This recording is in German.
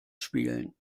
spielen